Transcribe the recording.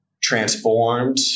transformed